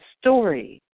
story